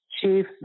Chief